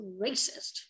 racist